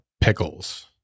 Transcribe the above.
pickles